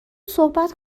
صحبت